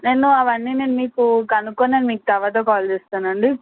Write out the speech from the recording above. నేను అవన్నీ నేను మీకు కనుక్కొని నేను మీకు తర్వాత కాల్ చేస్తాను అండి